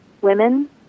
women